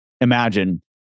Imagine